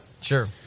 Sure